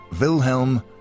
Wilhelm